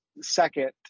second